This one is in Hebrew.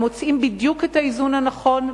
הם מוצאים בדיוק את האיזון הנכון,